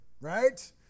right